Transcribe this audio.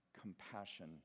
compassion